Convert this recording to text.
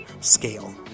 scale